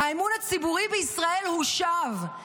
האמון הציבורי בישראל הושב,